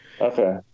Okay